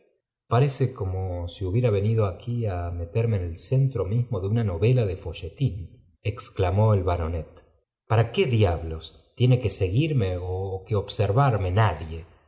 parece como ni hubiera venido aquí á meerme en el centro mibmodeuna novelado folletín reclamó el baronet para qué diablos tiene gue seguirme ó que observarme nadie